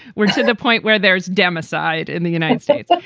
we're to the point where there's demo side in the united states,